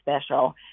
special